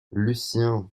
lucien